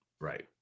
Right